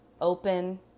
open